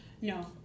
no